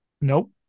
Nope